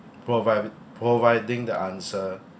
provide providing the answer